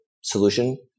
solution